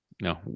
No